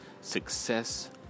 success